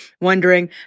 wondering